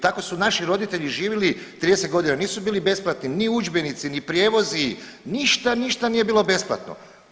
Tako su naši roditelji živjeli 30 godina, nisu bili besplatni ni udžbenici ni prijevozi, ništa, ništa nije bilo besplatno.